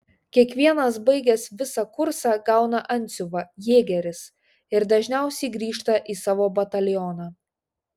kiekvienas baigęs visą kursą gauna antsiuvą jėgeris ir dažniausiai grįžta į savo batalioną